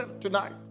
tonight